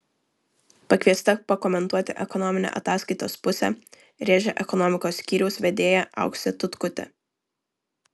pakviesta pakomentuoti ekonominę ataskaitos pusę rėžė ekonomikos skyriaus vedėja auksė tutkutė